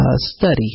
study